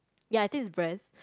ya I think is breast